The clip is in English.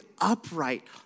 upright